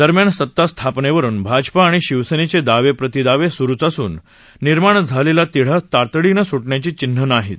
दरम्यान सत्तास्थापनेवरुन भाजपा आणि शिवसेनेचे दावे प्रतिदावे स्रुच असून निर्माण झालेला तिढा तातडीनं सुटण्याची चिन्हं नाहीत